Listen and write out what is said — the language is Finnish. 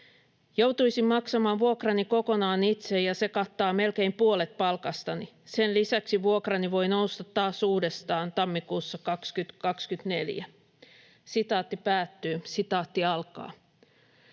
"Joutuisin maksamaan vuokrani kokonaan itse, ja se kattaa melkein puolet palkastani. Sen lisäksi vuokrani voi nousta taas uudestaan tammikuussa 2024." "Asumistuki 420 euroa